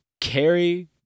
carrie